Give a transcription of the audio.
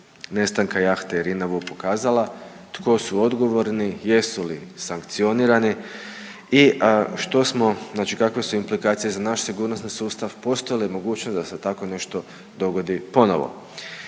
nestanka jahte „Irine VU“ pokazala, tko su odgovorni, jesu li sankcionirani i što smo znači kakve su implikacije za naš sigurnosni sustav, postoji li mogućnost da se tako nešto dogodi ponovo.